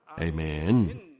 Amen